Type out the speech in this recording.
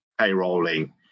payrolling